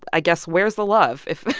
i guess where's the love if,